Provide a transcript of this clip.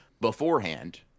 beforehand